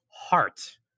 Heart